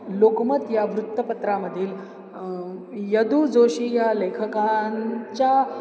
लोकमत या वृत्तपत्रामधील य दु जोशी या लेखकांच्या